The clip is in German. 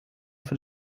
für